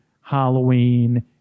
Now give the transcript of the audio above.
Halloween